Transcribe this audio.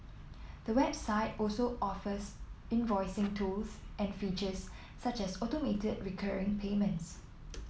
the website also offers invoicing tools and features such as automated recurring payments